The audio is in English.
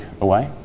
away